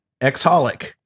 Exholic